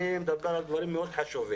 אני מדבר על דברים מאוד חשובים.